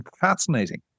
fascinating